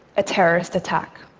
a terrorist attack.